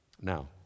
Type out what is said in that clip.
Now